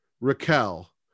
Raquel